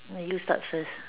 okay you start first